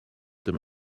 dydd